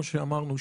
שכמו שאמרנו,